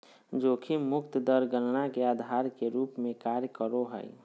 जोखिम मुक्त दर गणना के आधार के रूप में कार्य करो हइ